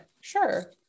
sure